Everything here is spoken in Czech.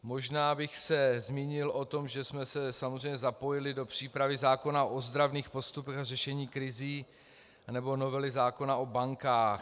Možná bych se zmínil o tom, že jsme se samozřejmě zapojili do přípravy zákona o ozdravných postupech a řešení krizí nebo novely zákona o bankách.